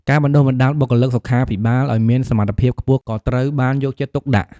ការបណ្តុះបណ្តាលបុគ្គលិកសុខាភិបាលឱ្យមានសមត្ថភាពខ្ពស់ក៏ត្រូវបានយកចិត្តទុកដាក់។